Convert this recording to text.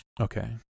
Okay